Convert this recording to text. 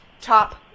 top